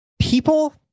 People